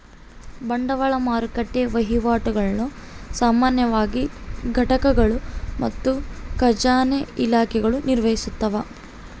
ಬಂಡವಾಳ ಮಾರುಕಟ್ಟೆ ವಹಿವಾಟುಗುಳ್ನ ಸಾಮಾನ್ಯವಾಗಿ ಘಟಕಗಳು ಮತ್ತು ಖಜಾನೆ ಇಲಾಖೆಗಳು ನಿರ್ವಹಿಸ್ತವ